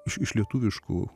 iš iš lietuviškų